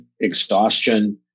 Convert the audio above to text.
exhaustion